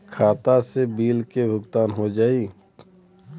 खाता से बिल के भुगतान हो जाई?